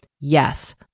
Yes